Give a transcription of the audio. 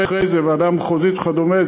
אחרי זה הוועדה המחוזית וכדומה,